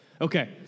Okay